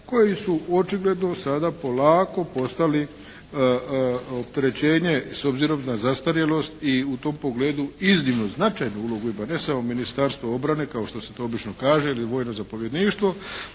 koji su očigledno sada polako postali opterećenje s obzirom na zastarjelost i u tom pogledu iznimno značajnu ulogu ima ne samo Ministarstvo obrane kao što se to obično kaže ili vojno zapovjedništvo